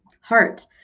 heart